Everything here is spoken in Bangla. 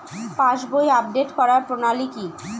পাসবই আপডেট করার প্রণালী কি?